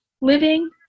living